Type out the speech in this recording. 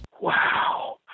Wow